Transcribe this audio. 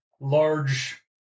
large